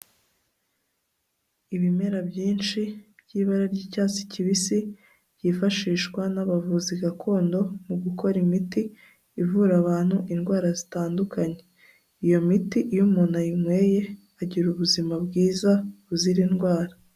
Ibimera byinshi by'ibara ry'icyatsi kibisi, byifashishwa n'abavuzi gakondo mu gukora imiti ivura abantu indwara zitandukanye, iyo miti iyo umuntu ayinyweye agira ubuzima bwiza buzira indwara.